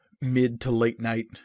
mid-to-late-night